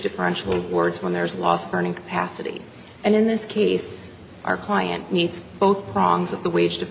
differential words when there's a last burning capacity and in this case our client needs both prongs of the wage